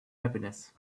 happiness